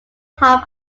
half